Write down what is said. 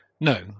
No